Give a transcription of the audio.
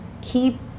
keep